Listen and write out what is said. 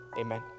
Amen